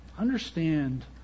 understand